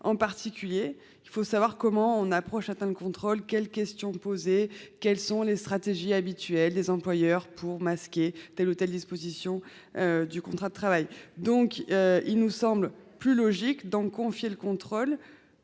En particulier, il faut savoir comment s'effectue un contrôle, quelles questions poser, quelles sont les stratégies habituelles des employeurs pour masquer telle ou telle disposition du contrat de travail ... Il nous semble plus logique de confier ce contrôle